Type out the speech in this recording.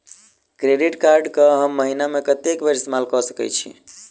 Credit card कऽ हम महीना मे कत्तेक बेर इस्तेमाल कऽ सकय छी?